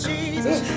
Jesus